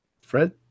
Fred